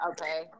Okay